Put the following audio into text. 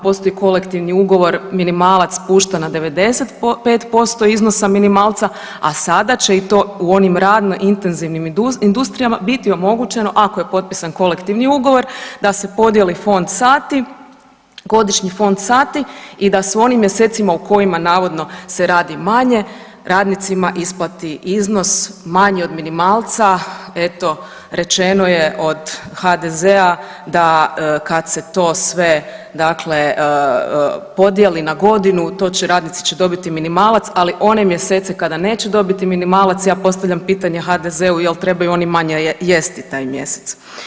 postoji kolektivni ugovor, minimalac spušta na 95% iznosa minimalca, a sada će i to u onim radno intenzivnim industrijama biti omogućeno ako je potpisan kolektivni ugovor da se podijeli fond sati, godišnji fond sati i da su oni mjesecima u kojima navodno se radi manje, radnicima isplati iznos manji od minimalca, eto, rečeno je od HDZ-a da kad se to sve dakle podijeli na godinu, to će, radnici će dobiti minimalac, ali one mjesece kada neće dobiti minimalac, ja postavljam pitanje HDZ-u, je l' trebaju oni manje jesti taj mjesec?